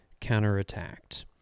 counterattacked